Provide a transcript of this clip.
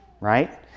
right